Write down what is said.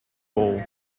bowl